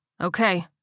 Okay